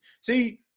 See